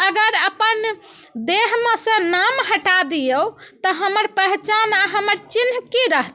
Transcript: अगर अपन देहमेसँ नाम हटा दिऔ तऽ हमर पहचान आ हमर चिन्ह की रहतै